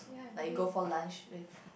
like you go for lunch with